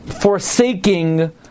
forsaking